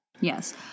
Yes